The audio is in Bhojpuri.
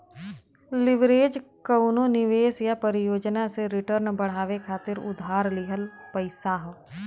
लीवरेज कउनो निवेश या परियोजना से रिटर्न बढ़ावे खातिर उधार लिहल पइसा हौ